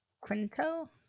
Quinto